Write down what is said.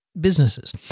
businesses